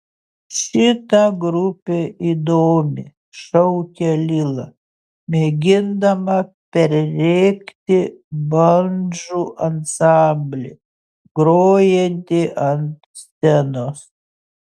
šita grupė įdomi šaukia lila mėgindama perrėkti bandžų ansamblį grojantį ant scenos